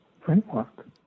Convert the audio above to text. framework